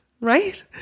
right